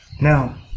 Now